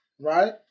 right